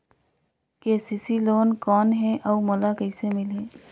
KCC loan कौन हे अउ मोला कइसे मिलही?